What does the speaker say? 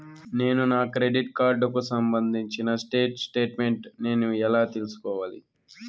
నేను నా క్రెడిట్ కార్డుకు సంబంధించిన స్టేట్ స్టేట్మెంట్ నేను ఎలా తీసుకోవాలి?